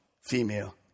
female